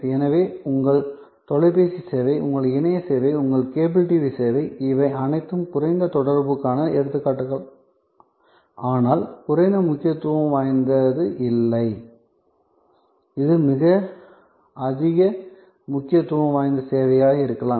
எனவே உங்கள் தொலைபேசி சேவை உங்கள் இணைய சேவை உங்கள் கேபிள் டிவி சேவை இவை அனைத்தும் குறைந்த தொடர்புக்கான எடுத்துக்காட்டுகள் ஆனால் குறைந்த முக்கியத்துவம் வாய்ந்தது இல்லை இது மிக அதிக முக்கியத்துவம் வாய்ந்த சேவையாக இருக்கலாம்